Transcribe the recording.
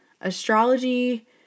Astrology